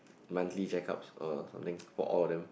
monthly checkups something for all of them